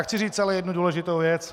Chci říct ale jednu důležitou věc.